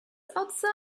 outside